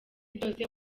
byose